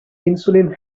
insulin